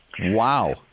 Wow